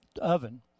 oven